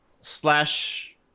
slash